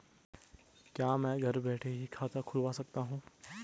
क्या मैं घर बैठे ही खाता खुलवा सकता हूँ?